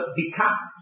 become